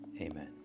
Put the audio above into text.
amen